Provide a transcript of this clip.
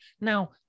Now